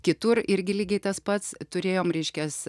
kitur irgi lygiai tas pats turėjome reiškias